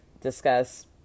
discuss